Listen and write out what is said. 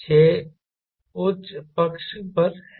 6 उच्च पक्ष पर है